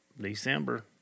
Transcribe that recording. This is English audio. December